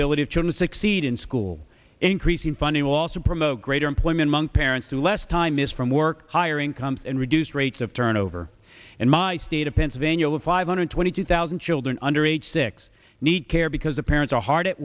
ability of children succeed in school increasing funding will also promote greater employment among parents to less time missed from work higher income and reduced rates of turnover in my state of pennsylvania five hundred twenty two thousand children under age six need care because the parents are hard at